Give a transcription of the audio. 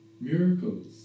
miracles